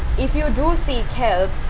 if you do seek help,